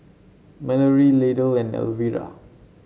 Mallory Lydell and Elvira